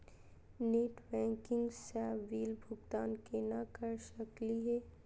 Net banking स bill भुगतान केना कर सकली हे?